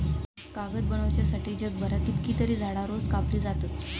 कागद बनवच्यासाठी जगभरात कितकीतरी झाडां रोज कापली जातत